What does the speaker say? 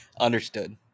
Understood